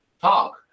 talk